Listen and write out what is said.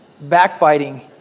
backbiting